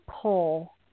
pull